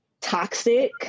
toxic